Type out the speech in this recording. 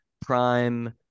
prime